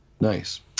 Nice